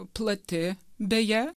plati beje